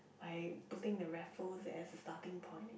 by putting the Raffles as a starting point